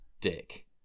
Dick